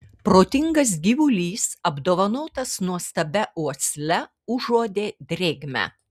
protingas gyvulys apdovanotas nuostabia uosle užuodė drėgmę